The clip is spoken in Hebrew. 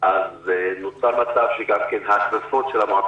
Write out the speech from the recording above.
מערך של התנדבות,